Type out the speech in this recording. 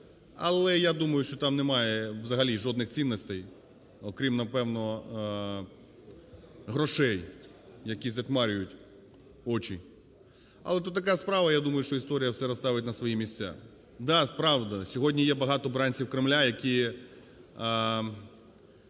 Але я думаю, що там немає взагалі жодних цінностей, окрім, напевно, грошей, які затьмарюють очі. Але то така справа, я думаю, що історія все розставить на свої місця. Да, справді сьогодні є багато бранців Кремля, які